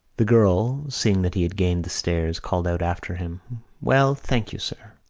the girl, seeing that he had gained the stairs, called out after him well, thank you, sir.